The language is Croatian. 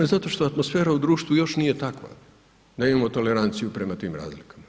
Zato što atmosfera u društvu još nije takva da imamo toleranciju prema tim razlikama.